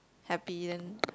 happy then